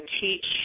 teach